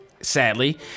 sadly